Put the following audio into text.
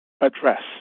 address